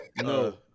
No